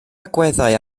agweddau